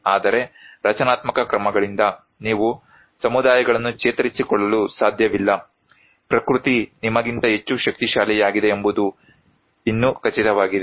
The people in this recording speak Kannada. ಆದರೆ ರಚನಾತ್ಮಕ ಕ್ರಮಗಳಿಂದ ನೀವು ಸಮುದಾಯಗಳನ್ನು ಚೇತರಿಸಿಕೊಳ್ಳಲು ಸಾಧ್ಯವಿಲ್ಲ ಪ್ರಕೃತಿ ನಿಮಗಿಂತ ಹೆಚ್ಚು ಶಕ್ತಿಶಾಲಿಯಾಗಿದೆ ಎಂಬುದು ಇನ್ನೂ ಖಚಿತವಾಗಿದೆ